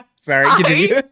sorry